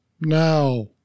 Now